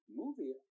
movie